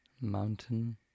mountain